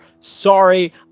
Sorry